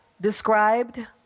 described